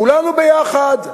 כולנו ביחד,